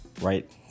right